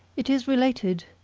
it is related,